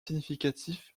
significatif